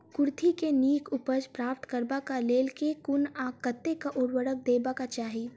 कुर्थी केँ नीक उपज प्राप्त करबाक लेल केँ कुन आ कतेक उर्वरक देबाक चाहि?